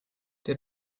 der